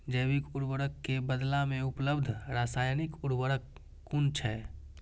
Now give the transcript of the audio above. जैविक उर्वरक के बदला में उपलब्ध रासायानिक उर्वरक कुन छै?